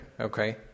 Okay